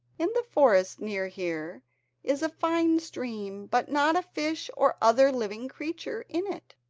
in the forest near here is a fine stream but not a fish or other living creature in it.